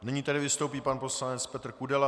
Nyní vystoupí pan poslanec Petr Kudela.